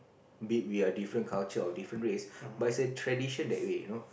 be it we are different culture or different race but it's a tradition that way you know